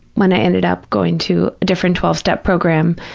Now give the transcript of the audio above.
when i ended up going to a different twelve step program,